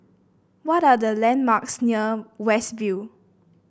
what are the landmarks near West View